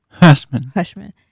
Hushman